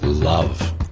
love